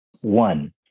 One